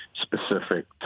specific